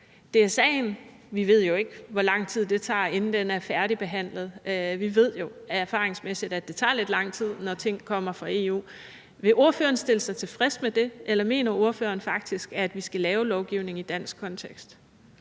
Vi ved jo ikke, hvor lang tid det tager, inden DSA'en er færdigbehandlet – vi ved jo erfaringsmæssigt, at det tager lidt lang tid, når ting kommer fra EU. Vil ordføreren stille sig tilfreds med det, eller mener ordføreren faktisk, at vi skal lave lovgivning i dansk kontekst?